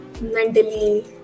mentally